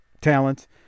talents